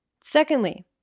Secondly